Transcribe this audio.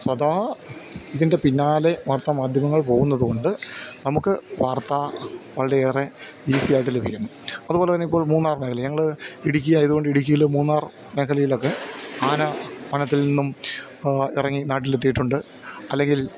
സദാ ഇതിൻ്റെ പിന്നാലെ വാർത്താ മാധ്യമങ്ങൾ പോകുന്നതുകൊണ്ട് നമുക്ക് വാർത്ത വളരെയേറെ ഈസിയായിട്ട് ലഭിക്കുന്നു അതുപോലെ തന്നെ ഇപ്പോൾ മൂന്നാർ മേഖല ഞങ്ങള് ഇടുക്കിയായതുകൊണ്ട് ഇടുക്കിയില് മൂന്നാർ മേഖലയിലൊക്കെ ആന വനത്തിൽ നിന്നും ഇറങ്ങി നാട്ടിലെത്തിയിട്ടുണ്ട് അല്ലെങ്കിൽ